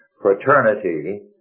fraternity